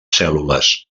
cèl·lules